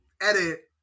edit